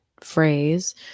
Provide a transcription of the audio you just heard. phrase